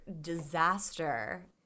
disaster